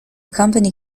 company